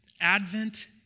Advent